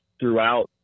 throughout